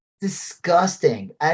disgusting